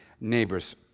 neighbors